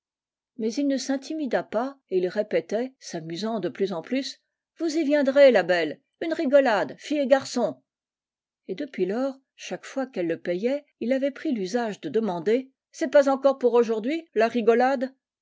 mais il ne s'intimida pas et il répétait s'amusant de plus en plus vous y viendrez la belle une rigolade fille et garçon et depuis lors chaque fiais qu'elle le payait il avait pris l'usage de demander c'est pas encore pour aujourd'hui la rigolade